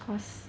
cause